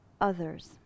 others